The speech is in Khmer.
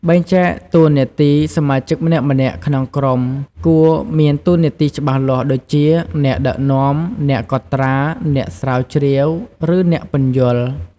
បែងចែកតួនាទីសមាជិកម្នាក់ៗក្នុងក្រុមគួរមានតួនាទីច្បាស់លាស់ ដូចជា អ្នកដឹកនាំ អ្នកកត់ត្រា អ្នកស្រាវជ្រាវ ឬអ្នកពន្យល់។